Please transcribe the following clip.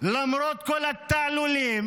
למרות כל התעלולים